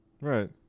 Right